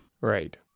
Right